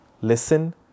listen